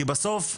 כי בסוף,